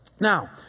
Now